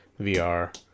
VR